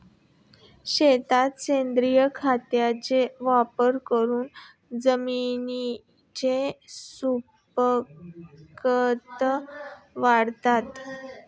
शेतात सेंद्रिय खताचा वापर करून जमिनीची सुपीकता वाढते